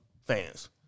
fans